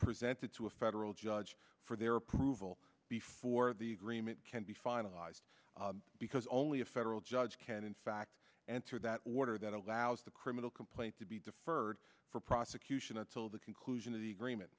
presented to a federal judge for their approval before the agreement can be finalized because only a federal judge can in fact enter that order that allows the criminal complaint to be deferred for prosecution until the conclusion of the agreement